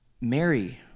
Mary